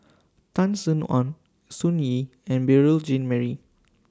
Tan Sin Aun Sun Yee and Beurel Jean Marie